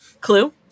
Clue